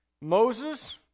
Moses